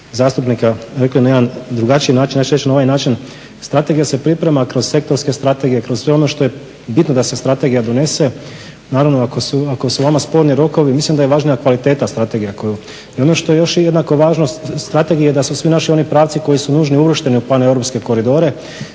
rekli na jedan drugačiji način. Ja ću reći na ovaj način. Strategija se priprema kroz sektorske strategije, kroz sve ono što je bitno da se strategija donese. Naravno ako su vama sporni rokovi, mislim da je važnija kvaliteta strategija. I ono što je još jednaka važnost strategije da su svi oni naši pravci koji su nužni uvršteni u pan europske koridore